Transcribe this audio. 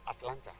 Atlanta